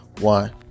One